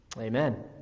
amen